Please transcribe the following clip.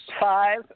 Five